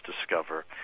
discover